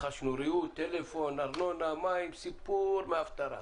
רכשנו ריהוט, טלפון, ארנונה, מים, סיפור מההפטרה.